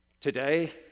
Today